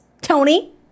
Tony